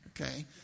okay